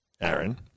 Aaron